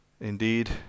Indeed